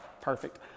perfect